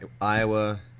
Iowa